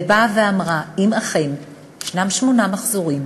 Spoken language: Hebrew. ובאה ואמרה: אם אכן ישנם שמונה מחזורים,